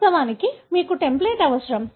వాస్తవానికి మీకు టెంప్లేట్ అవసరం